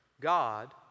God